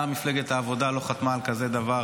למה מפלגת העבודה לא חתמה על כזה דבר,